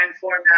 format